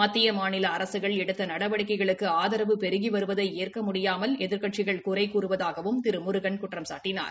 மத்திய மாநில அரசுகள் எடுத்த நடவடிக்கைகளுக்கு ஆதரவு பெருகி வருவதை ஏற்க முடியாமல் எதிர்க்கட்சிகள் குறை கூறுவதாகவும் அவர் குற்றம்சாட்டினார்